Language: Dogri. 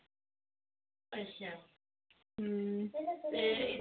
हूं